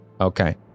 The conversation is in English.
Okay